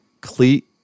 cleat